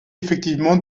effectivement